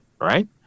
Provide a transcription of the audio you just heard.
Right